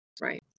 Right